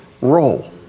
role